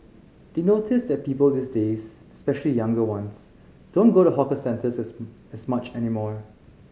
they notice that people these days especially younger ones don't go to hawker centres as much any more